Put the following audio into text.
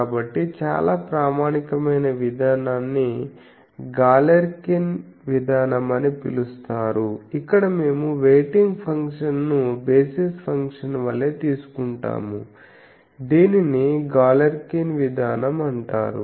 కాబట్టి చాలా ప్రామాణికమైన విధానాన్ని గాలెర్కిన్ విధానం అని పిలుస్తారు ఇక్కడ మేము వెయిటింగ్ ఫంక్షన్ను బేసిస్ ఫంక్షన్ వలె తీసుకుంటాము దీనిని గాలెర్కిన్ విధానం అంటారు